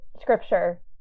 scripture